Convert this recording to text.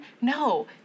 No